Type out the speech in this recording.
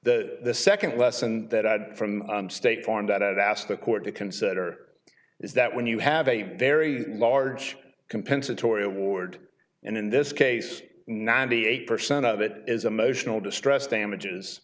the second lesson that i had from state farm that asked the court to consider is that when you have a very large compensatory award and in this case ninety eight percent of it is a motional distress damages